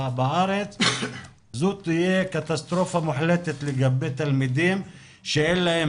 זו תהיה קטסטרופה מוחלטת לגבי תלמידים שאין להם